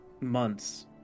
months